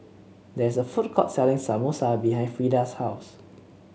there is a food court selling Samosa behind Freda's house